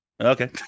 Okay